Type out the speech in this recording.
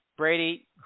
Brady